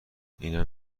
اینم